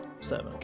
seven